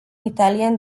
italian